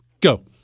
go